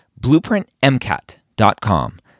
BlueprintMCAT.com